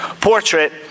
portrait